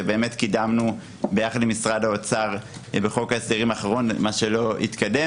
ובאמת קידמנו יחד עם משרד האוצר בחוק ההסדרים האחרון את מה שלא התקדם.